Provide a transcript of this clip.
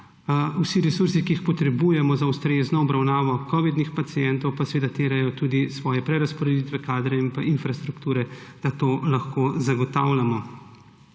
vsi resursi, ki jih potrebujemo za ustrezno obravnavo covidnih pacientov, seveda terjajo tudi svoje prerazporeditve, kadre in infrastrukture, da to lahko zagotavljamo.